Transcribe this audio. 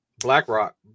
BlackRock